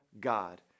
God